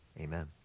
amen